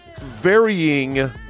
varying